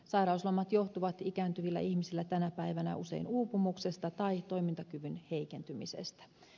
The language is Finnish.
sairauslomat johtuvat ikääntyvillä ihmisillä tänä päivänä usein uupumuksesta tai toimintakyvyn heikentymisestä